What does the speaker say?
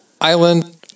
island